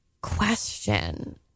question